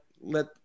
let